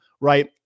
right